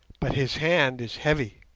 but his hand is heavy.